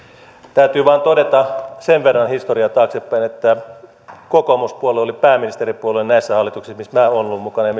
täytyy vain todeta sen verran historiaa taaksepäin että kokoomuspuolue oli pääministeripuolue näissä hallituksissa missä minä olen ollut mukana ja